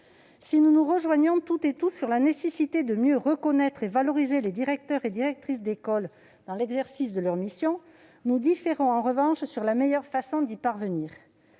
Si nous nous rejoignons toutes et tous sur la nécessité de mieux reconnaître et valoriser les directeurs et directrices d'école dans l'exercice de leurs missions, nous différons en revanche sur la meilleure façon d'y parvenir.